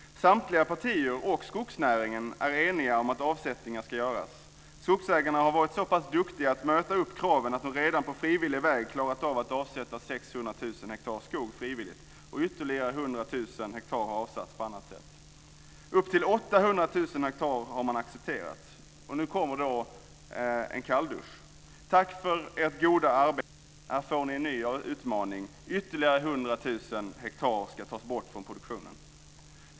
Samtliga partier och skogsnäringen är eniga om att avsättningar ska göras. Skogsägarna har varit så pass duktiga att möta kraven att de redan på frivillig väg har klarat att avsätta 600 000 hektar skog, och ytterligare 100 000 hektar har avsatts på annat sätt. Upp till 800 000 hektar har man accepterat. Nu kommer en kalldusch: Tack för ert goda arbete! Här får ni en ny utmaning. Ytterligare 100 000 hektar ska tas bort från produktionen.